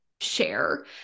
share